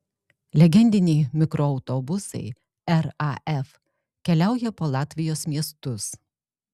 legendiniai mikroautobusai raf keliauja po latvijos miestus